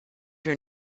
your